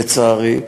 לצערי,